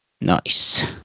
Nice